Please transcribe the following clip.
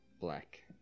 Black